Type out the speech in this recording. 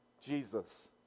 Jesus